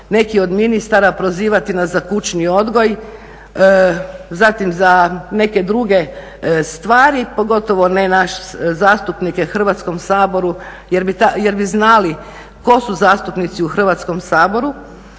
neki od ministara prozivati nas za kućni odgoj, zatim za neke druge stvari, pogotovo ne nas zastupnike u Hrvatskom saboru jer bi znali tko su zastupnici u Hrvatskom saboru